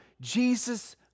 Jesus